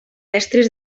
estris